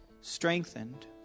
strengthened